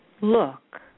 look